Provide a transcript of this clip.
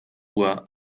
uhr